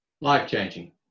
life-changing